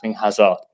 Hazard